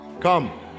Come